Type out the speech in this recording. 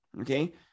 okay